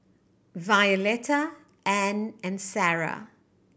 Violetta Anne and Sara